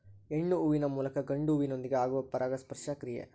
ಹೆಣ್ಣು ಹೂವಿನ ಮೂಲಕ ಗಂಡು ಹೂವಿನೊಂದಿಗೆ ಆಗುವ ಪರಾಗಸ್ಪರ್ಶ ಕ್ರಿಯೆ